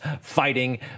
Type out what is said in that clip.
fighting